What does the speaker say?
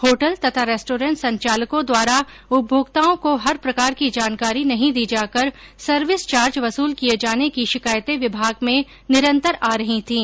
hotel तथा restaurants संचालकों द्वारा उपभोक्ताओं को हर प्रकार की जानकारी नहीं दी जाकर सर्विस चार्ज वसूल किये जाने की शिकायतें विभाग में निरन्तर आ रही थीं